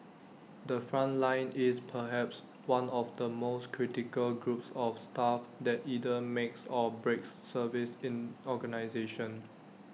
the front line is perhaps one of the most critical groups of staff that either makes or breaks service in organisations